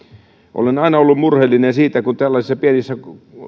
olen aina ollut murheellinen siitä kun tällaisissa pienissä